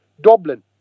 Dublin